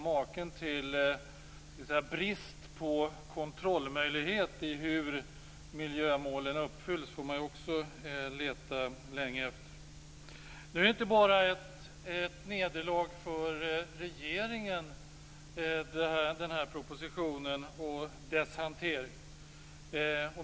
Maken till brist på möjligheten att kontrollera hur miljömålen uppfylls får man också leta länge efter. Propositionen och dess hantering är inte bara ett nederlag för regeringen.